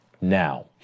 now